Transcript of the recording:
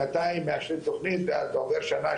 שנתיים מאשרים תוכנית ואז עוברת שנה,